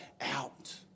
out